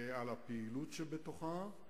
על הפעילות שבתוכה.